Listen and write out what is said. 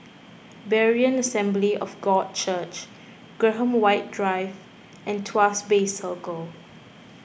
Berean Assembly of God Church Graham White Drive and Tuas Bay Circle